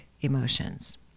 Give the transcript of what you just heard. Emotions